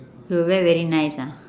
so wear very nice ah